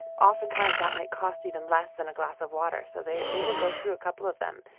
oftentimes that might cost even less than a glass of water, so they they will go through a couple of them.